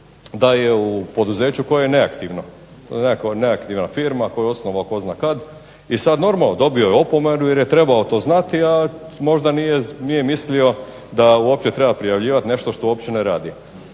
da je u poduzeću koje je neaktivno. To je nekakva neaktivna firma koju je osnovao tko zna kad. I sad normalno dobio je opomenu, jer je trebao to znati, a možda nije mislio da uopće treba prijavljivati nešto što uopće ne radi.